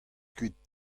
kuit